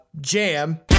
Jam